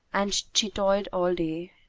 and she toiled all day,